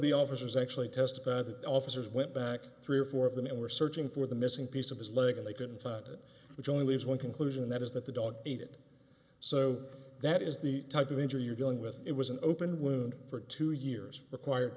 the officers actually tested the officers went back three or four of them and were searching for the missing piece of his leg and they couldn't find it which only leaves one conclusion that is that the dog ate it so that is the type of injury you're dealing with it was an open wound for two years required